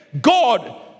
God